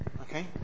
Okay